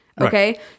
Okay